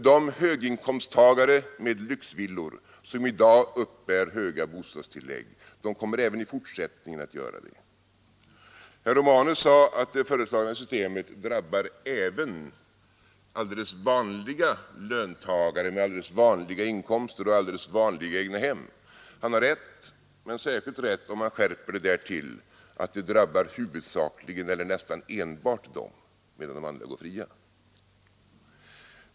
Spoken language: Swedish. De höginkomsttagare med lyxvillor som i dag uppbär höga bostadstillägg kommer även i fortsättningen att göra det. Herr Romanus sade att det föreslagna systemet drabbar även alldeles vanliga löntagare med alldeles vanliga inkomster och alldeles vanliga egnahem. Han har rätt men särskilt rätt om man skärper det därtill att det drabbar huvudsakligen eller nästan enbart dem, medan de andra går fria.